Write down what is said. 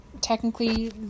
technically